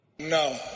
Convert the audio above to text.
No